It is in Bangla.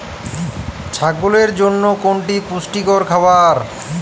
ছাগলের জন্য কোনটি পুষ্টিকর খাবার?